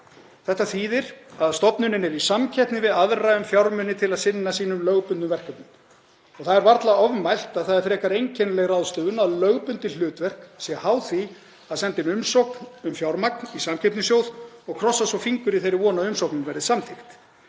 Þetta þýðir að stofnunin er í samkeppni við aðra um fjármuni til að sinna sínum lögbundnu verkefnum. Það er varla ofmælt að það er frekar einkennileg ráðstöfun að lögbundið hlutverk sé háð því að senda inn umsókn um fjármagn í samkeppnissjóð og krossa svo fingur í þeirri von að umsóknin verði samþykkt.